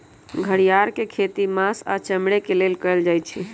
घरिआर के खेती मास आऽ चमड़े के लेल कएल जाइ छइ